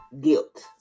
Guilt